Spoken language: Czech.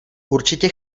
určitě